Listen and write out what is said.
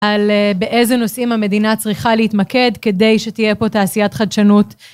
על באיזה נושאים המדינה צריכה להתמקד כדי שתהיה פה תעשיית חדשנות